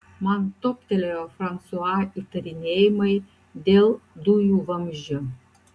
man toptelėjo fransua įtarinėjimai dėl dujų vamzdžio